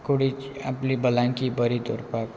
कुडी आपली भलायकी बरी दवरपाक